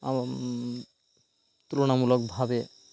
তুলনামূলকভাবে